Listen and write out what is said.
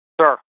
sir